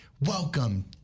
Welcome